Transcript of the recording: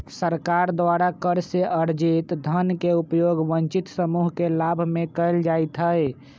सरकार द्वारा कर से अरजित धन के उपयोग वंचित समूह के लाभ में कयल जाईत् हइ